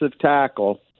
tackle